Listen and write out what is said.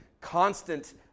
constant